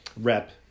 rep